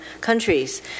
countries